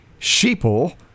sheeple